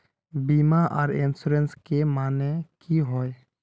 बीमा आर इंश्योरेंस के माने की होय?